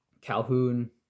Calhoun